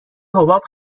حباب